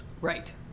right